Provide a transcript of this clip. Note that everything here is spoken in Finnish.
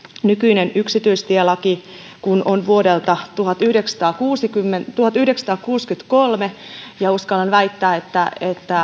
nykyinen yksityistielaki kun on vuodelta tuhatyhdeksänsataakuusikymmentäkolme tuhatyhdeksänsataakuusikymmentäkolme ja uskallan väittää että